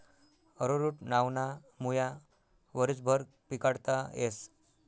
arrowroot नावना मुया वरीसभर पिकाडता येस